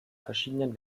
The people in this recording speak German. verschiedenen